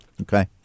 Okay